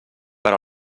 per